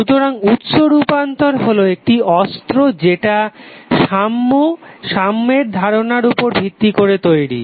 সুতরাং উৎস রূপান্তর হলো একটি অস্ত্র যেটা সাম্য এর ধারণার উপর ভিত্তি করে তৈরি